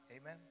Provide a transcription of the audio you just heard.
Amen